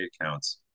accounts